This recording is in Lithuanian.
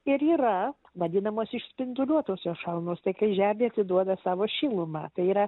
ir yra vadinamos išspinduliuotosios šalnos tai kai žemė atiduoda savo šilumą tai yra